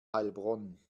heilbronn